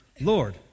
lord